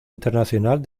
internacional